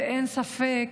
ואין ספק,